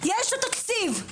יש את התקציב,